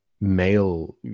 male